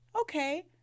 Okay